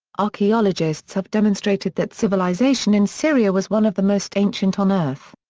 archaeologists have demonstrated that civilization in syria was one of the most ancient on earth.